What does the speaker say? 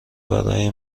برای